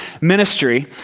ministry